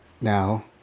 Now